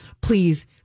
please